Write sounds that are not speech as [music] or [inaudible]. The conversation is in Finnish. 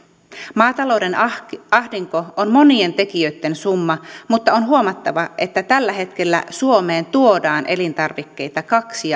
maatalouden ahdinko ahdinko on monien tekijöitten summa mutta on huomattava että tällä hetkellä suomeen tuodaan elintarvikkeita kaksi [unintelligible]